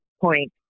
point